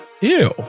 Ew